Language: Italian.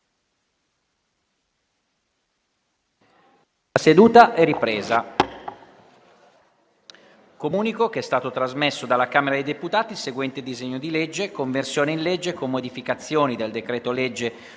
una nuova finestra"). Comunico che è stato trasmesso dalla Camera dei deputati il seguente disegno di legge: «Conversione in legge, con modificazioni, del decreto-legge